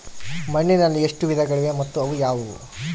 ಮಣ್ಣಿನಲ್ಲಿ ಎಷ್ಟು ವಿಧಗಳಿವೆ ಮತ್ತು ಅವು ಯಾವುವು?